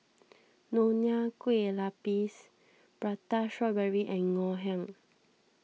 Nonya Kueh Lapis Prata Strawberry and Ngoh Hiang